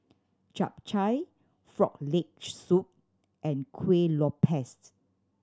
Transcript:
Chap Chai Frog Leg Soup and Kuih Lopes